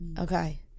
okay